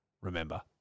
Remember